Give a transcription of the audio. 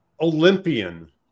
Olympian